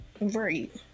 right